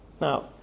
Now